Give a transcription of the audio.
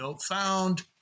found